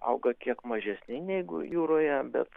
auga kiek mažesni negu jūroje bet